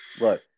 Right